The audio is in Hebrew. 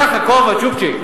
למה, ככה, כובע, צ'ופצ'יק.